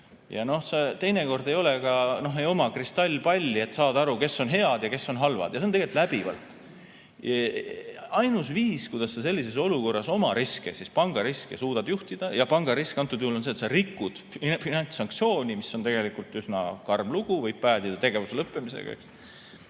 Teinekord ei ole sul ka kristallpalli, et saada aru, kes on head ja kes on halvad. See on tegelikult läbivalt nii. Ainus viis, kuidas sa sellises olukorras oma riske ehk panga riske suudad juhtida – ja panga risk antud juhul on see, et sa rikud finantssanktsiooni, mis on tegelikult üsna karm lugu, võib päädida tegevuse lõppemisega